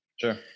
Sure